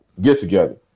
get-together